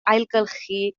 ailgylchu